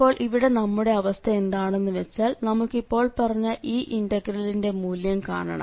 അപ്പോൾ ഇവിടെ നമ്മുടെ അവസ്ഥ എന്താണെന്ന് വെച്ചാൽ നമുക്ക് ഇപ്പോൾ പറഞ്ഞ ഈ ഇന്റഗ്രലിന്റെ മൂല്യം കാണണം